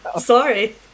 Sorry